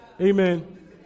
Amen